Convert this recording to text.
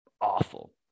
awful